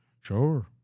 sure